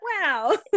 wow